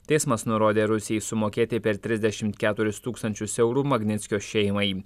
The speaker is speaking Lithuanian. teismas nurodė rusijai sumokėti per trisdešimt keturis tūkstančius eurų magnickio šeimai